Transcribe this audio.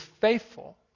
faithful